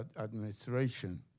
administration